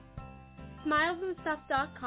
Smilesandstuff.com